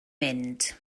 mynd